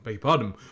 pardon